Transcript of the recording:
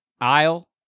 aisle